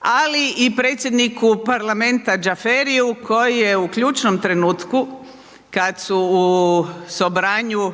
ali i predsjedniku parlamenta Xhaferiju koji je u ključnom trenutku kad su u Sobranieu